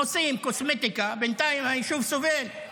עושים קוסמטיקה, בינתיים היישוב סובל.